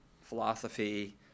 philosophy